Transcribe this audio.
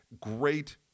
great